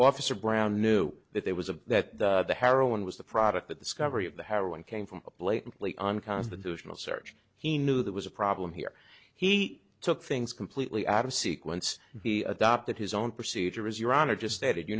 officer brown knew that there was a that the heroin was the product that the sky every of the heroin came from blatantly unconstitutional search he knew there was a problem here he took things completely out of sequence he adopted his own procedure as your honor just stated you